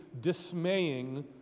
dismaying